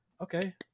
okay